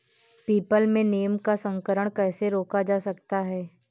People में नीम का संकरण कैसे रोका जा सकता है?